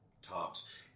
Top's